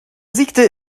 siegte